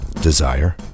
desire